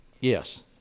Yes